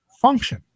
function